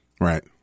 Right